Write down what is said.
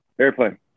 Airplane